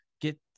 get